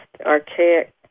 archaic